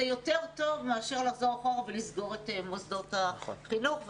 זה יותר טוב מחזרה אחורה לסגירת מוסדות החינוך.